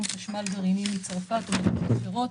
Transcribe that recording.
חשמל גרעיני מצרפת או ממדינות אחרות.